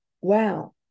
wow